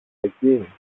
εκεί